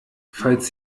falls